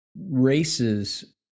races